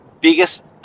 Biggest